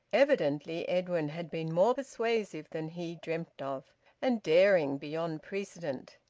evidently edwin had been more persuasive than he dreamt of and daring beyond precedent.